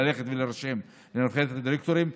ללכת ולהירשם לנבחרת הדירקטורים.